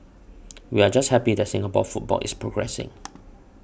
we're just happy that Singapore football is progressing